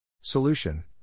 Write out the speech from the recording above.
Solution